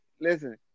listen